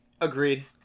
Agreed